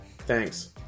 Thanks